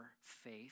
faith